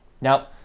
Now